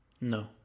no